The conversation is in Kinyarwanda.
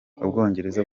ubwongereza